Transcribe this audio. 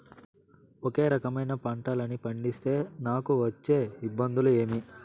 ఒకే రకమైన పంటలని పండిస్తే నాకు వచ్చే ఇబ్బందులు ఏమి?